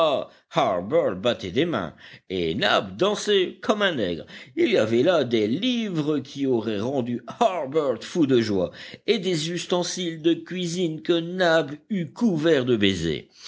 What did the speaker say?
des mains et nab dansait comme un nègre il y avait là des livres qui auraient rendu harbert fou de joie et des ustensiles de cuisine que nab eût couverts de baisers